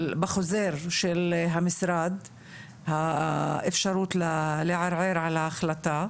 בחוזר של המשרד, האפשרות לערער על ההחלטה.